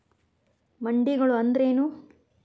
ಮಂಡಿಗಳು ಅಂದ್ರೇನು?